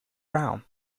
brown